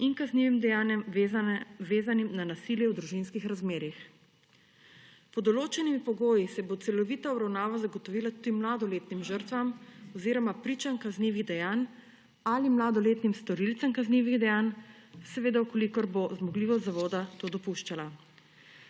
ter kaznivim dejanjem, vezanim na nasilje v družinskih razmerjih. Pod določenimi pogoji se bo celovita obravnava zagotovila tudi mladoletnim žrtvam oziroma pričam kaznivih dejanj ali mladoletnim storilcem kaznivih dejanj, seveda če bo zmogljivost zavoda to dopuščala.